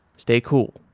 stay cool.